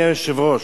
אדוני היושב-ראש,